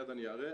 מיד אני אראה,